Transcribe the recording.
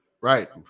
Right